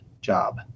job